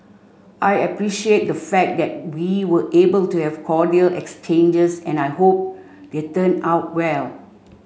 I appreciate the fact that we were able to have cordial exchanges and I hope they turn out well